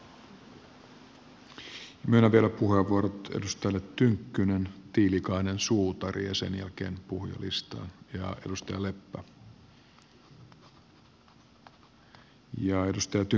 myönnän vielä puheenvuorot edustajille tynkkynen tiilikainen suutari ja leppä ja sen jälkeen puhujalistaan